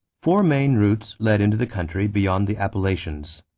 four main routes led into the country beyond the appalachians.